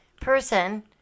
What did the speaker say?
person